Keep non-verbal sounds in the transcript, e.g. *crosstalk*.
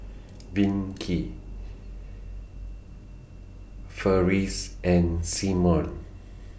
*noise* Vicky Ferris and Simeon